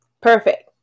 perfect